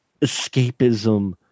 escapism